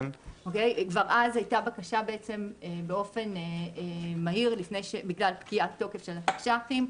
כבר אז הייתה בקשה באופן מהיר בגלל פקיעת תוקף של התקש"חים,